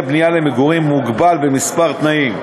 הבנייה למגורים מוגבלת בכמה תנאים.